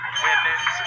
women's